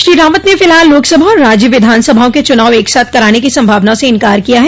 श्री रावत ने फिलहाल लोकसभा और राज्य विधानसभाओं के चूनाव एक साथ कराने की संभावना से इंकार किया है